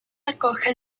acoge